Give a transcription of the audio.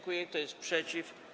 Kto jest przeciw?